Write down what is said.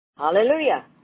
Hallelujah